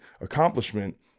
accomplishment